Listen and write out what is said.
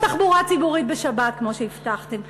תחבורה ציבורית בשבת כמו שהבטחתם.